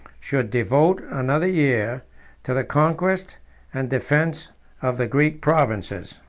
should devote another year to the conquest and defence of the greek provinces.